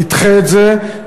תדחה את זה,